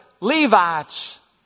Levites